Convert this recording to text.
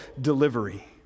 delivery